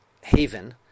haven